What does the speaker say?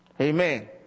Amen